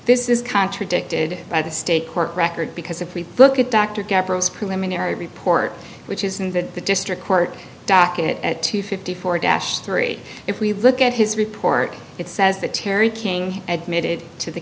this is contradicted by the state court record because if we look at dr preliminary report which is in the district court docket at two fifty four dash three if we look at his report it says that terry king admitted to the